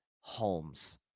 Holmes